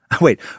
Wait